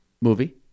movie